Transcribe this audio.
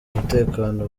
umutekano